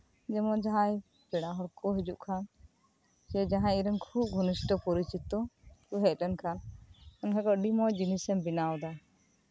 ᱡᱮᱢᱚᱱ ᱡᱟᱸᱦᱟᱭ ᱯᱮᱲᱟ ᱦᱚᱲ ᱠᱚ ᱦᱤᱡᱩᱜ ᱠᱷᱟᱱ ᱥᱮ ᱡᱟᱸᱦᱟᱭ ᱤᱧᱨᱮᱱ ᱠᱷᱩᱵᱽ ᱜᱷᱚᱱᱤᱥᱴᱚ ᱯᱚᱨᱤᱪᱤᱛᱚ ᱠᱚ ᱦᱮᱡ ᱞᱮᱱᱠᱷᱟᱱ ᱢᱮᱱ ᱠᱷᱟᱱ ᱠᱚ ᱟᱹᱰᱤ ᱢᱚᱸᱡᱽ ᱡᱤᱱᱤᱥ ᱮᱢ ᱵᱮᱱᱟᱣᱫᱟ